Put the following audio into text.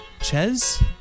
Chez